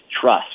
trust